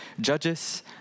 judges